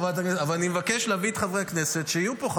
אני מבקש להביא את חברי הכנסת, שיהיו פה.